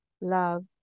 love